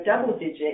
double-digit